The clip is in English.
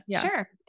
Sure